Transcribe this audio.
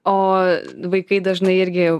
o vaikai dažnai irgi